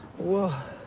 well,